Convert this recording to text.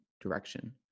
direction